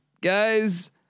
guys